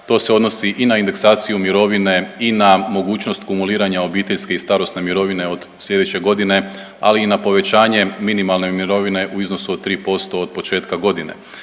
To se odnosi i na indeksaciju mirovine i na mogućnost kumuliranja obiteljske i starosne mirovine od sljedeće godine, ali i na povećanje minimalne mirovine u iznosu od 3% od početka godine.